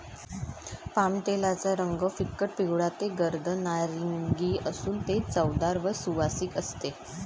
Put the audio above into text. पामतेलाचा रंग फिकट पिवळा ते गर्द नारिंगी असून ते चवदार व सुवासिक असते